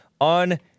on